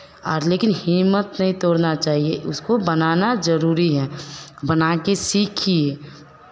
और लेकिन हिम्मत नहीं तोड़ना चाहिए उसको बनाना ज़रूरी है बना के सीखिए